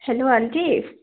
hello aunty